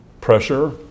pressure